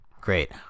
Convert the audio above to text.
Great